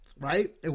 Right